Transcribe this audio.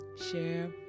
share